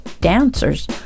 dancers